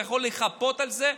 יכול לחפות על זה,